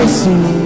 see